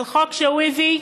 על חוק שהוא הביא?